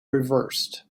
reversed